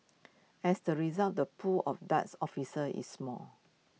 as A result the pool of Darts officers is small